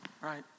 right